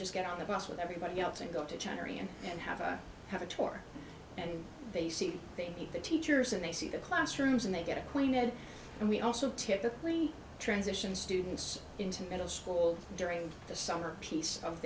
just get on the bus with everybody else and go to charity and then have a have a tour and they see things the teachers and they see the classrooms and they get acquainted and we also typically transition students into middle school during the summer piece of